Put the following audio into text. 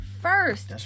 first